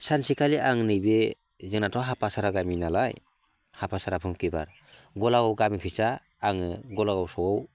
सानसेखालि आंनि बे जोंनाथ' हाफासारा गामिनालाय हाफासारा फुंखिबाद गलाव गामिखैजा आङो गलागाव सखआव